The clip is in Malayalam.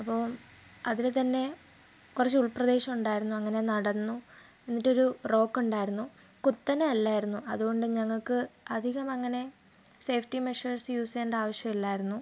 അപ്പോൾ അതിന് തന്നെ കുറച്ച് ഉൾപ്രദേശം ഉണ്ടായിരുന്നു അങ്ങനെ നടന്നു എന്നിട്ടൊരു റോക്ക് ഉണ്ടായിരുന്നു കുത്തനെ അല്ലായിരുന്നു അതുകൊണ്ട് ഞങ്ങൾക്ക് അധികം അങ്ങനെ സേഫ്റ്റി മെഷേഴ്സ് യൂസെയ്യണ്ട ആവശ്യം ഇല്ലായിരുന്നു